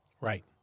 Right